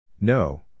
No